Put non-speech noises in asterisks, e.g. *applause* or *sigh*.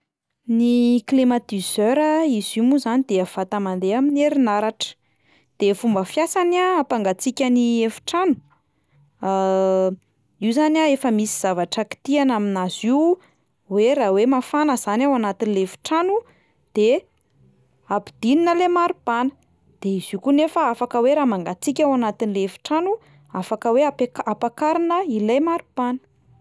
Ny climatiseur a, izy io moa zany de vata mandeha amin'ny herinaratra, de fomba fiasany a hampangatsiaka ny efitrano: *hesitation* io zany a efa misy zavatra kitihana aminazy io, hoe raha hoe mafana zany ao anatin'le efitrano de ampidinina le maripana, de izy io koa nefa afaka hoe raha mangatsiaka ao anatin'le efitrano, afaka hoe ampia- ampakarina ilay maripana.